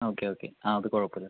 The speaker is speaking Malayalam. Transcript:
ആ ഓക്കെ ഓക്കെ ആ അതു കുഴപ്പമില്ല